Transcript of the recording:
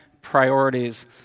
priorities